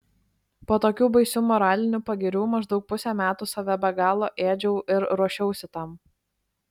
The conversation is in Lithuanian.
po tokių baisių moralinių pagirių maždaug pusę metų save be galo ėdžiau ir ruošiausi tam